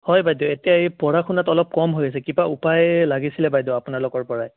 হয় বাইদেউ এতিয়া ই পঢ়া শুনাত অলপ কম হৈ আছে কিবা উপায় লাগিছিলে বাইদেউ আপোনালোকৰ পৰাই